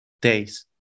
days